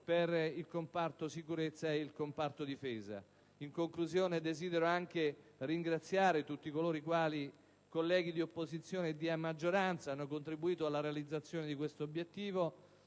per il comparto sicurezza e difesa. In conclusione, desidero ringraziare tutti coloro, colleghi di opposizione e di maggioranza, che hanno contribuito alla realizzazione di questo obiettivo.